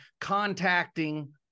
contacting